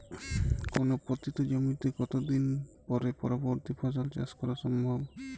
কোনো পতিত জমিতে কত দিন পরে পরবর্তী ফসল চাষ করা সম্ভব?